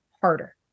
harder